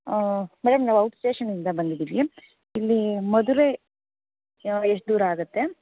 madam ನಾವು ಔಟ್ಸ್ಟೇಷನಿಂದ ಬಂದಿದ್ದೀವಿ ಇಲ್ಲಿ ಮಧುರೈ ಎಷ್ಟು ದೂರ ಆಗತ್ತೆ